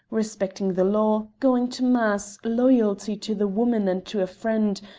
respecting the law, going to mass, loyalty to the woman and to a friend,